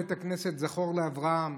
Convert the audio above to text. בית הכנסת זכור לאברהם.